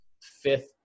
fifth